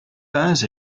pins